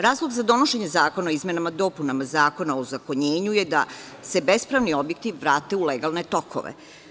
Razlog za donošenje zakona o izmenama i dopunama Zakona o ozakonjenju je da se bespravni objekti vrate u legalne tokove.